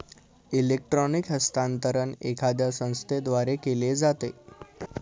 electronic हस्तांतरण एखाद्या संस्थेद्वारे केले जाते